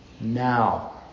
now